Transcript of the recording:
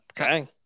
Okay